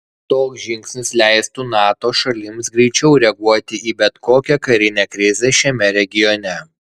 toks žingsnis leistų nato šalims greičiau reaguoti į bet kokią karinę krizę šiame regione